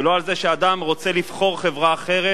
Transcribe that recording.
ולא על זה שאדם רוצה לבחור חברה אחרת.